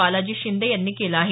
बालाजी शिंदे यांनी केलं आहे